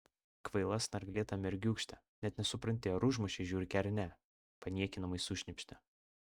kvaila snarglėta mergiūkšte net nesupranti ar užmušei žiurkę ar ne paniekinamai sušnypštė